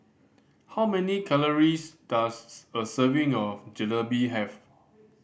how many calories does a serving of Jalebi have